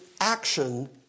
action